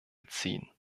beziehen